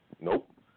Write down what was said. Nope